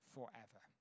forever